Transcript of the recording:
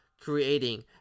creating